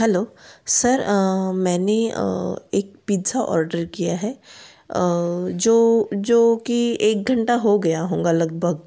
hello sir मैंने एक pizza order किया है जो जो की एक घंटा हो गया होगा लगभग